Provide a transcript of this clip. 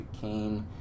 Kane